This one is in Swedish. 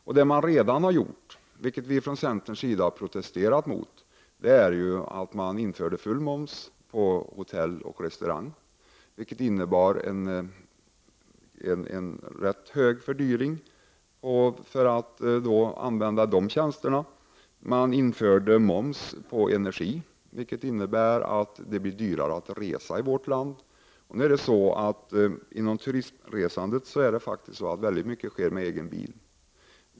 Man har redan, vilket vi från centern har protesterat mot, infört full moms på hotell och restauranger. Detta innebar en rätt stor fördyrning när det gäller dessa tjänster. Man införde vidare moms på energi, vilket innebär att det blir dyrare att resa i vårt land. En mycket stor del av turistresandet sker med egen bil.